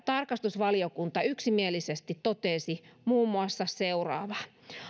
tarkastusvaliokunta yksimielisesti totesi muun muassa seuraavaa